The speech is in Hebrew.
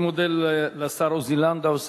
אני מודה לשר עוזי לנדאו,